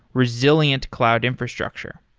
resilient cloud infrastructure.